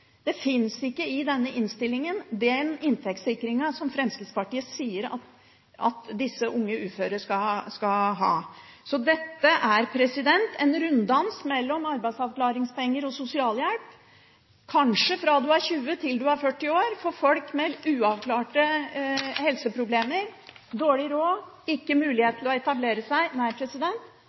ha, finnes ikke i denne innstillingen. Så dette er en runddans mellom arbeidsavklaringspenger og sosialhjelp, kanskje fra du er 20 til du er 40 år, for folk med uavklarte helseproblemer, dårlig råd og ikke mulighet til å etablere seg. Nei,